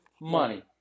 money